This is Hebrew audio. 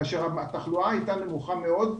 כאשר התחלואה הייתה נמוכה מאוד.